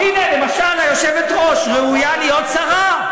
הנה, למשל, היושבת-ראש ראויה להיות שרה.